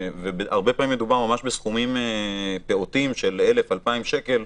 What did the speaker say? והרבה פעמים מדובר בסכומים פעוטים של 1,000 2,000 שקל.